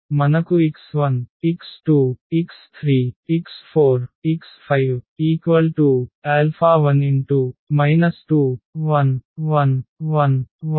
మనకు x1 x2 x3 x4 x5 1 2 1 0 0 0 2 9